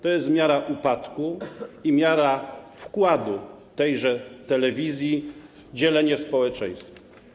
To jest miara upadku i miara wkładu tejże telewizji w dzielenie społeczeństwa.